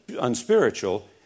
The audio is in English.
unspiritual